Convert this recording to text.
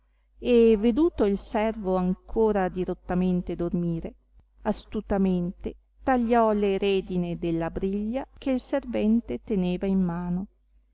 e veduto il servo ancora dirottamente dormire astutamente tagliò le redine della briglia che il servente teneva in mano